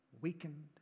weakened